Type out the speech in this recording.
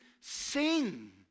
sing